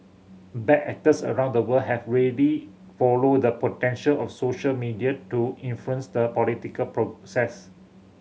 bad actors around the world have really followed the potential of social media to influence the political process